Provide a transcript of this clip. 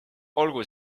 olgu